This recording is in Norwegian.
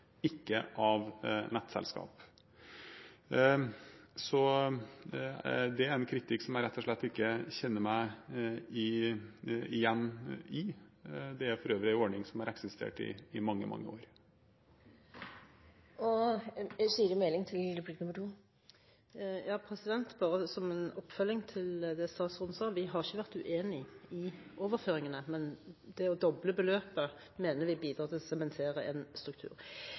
ikke av nettselskap. Så dette er en kritikk som jeg rett og slett ikke kjenner meg igjen i. Det er for øvrig en ordning som har eksistert i mange, mange år. Bare som en oppfølging til det statsråden sa, har vi ikke vært uenig i overføringene, men det å doble beløpet mener vi bidrar til å sementere en struktur.